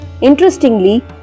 interestingly